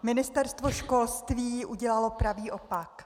Ministerstvo školství udělalo pravý opak!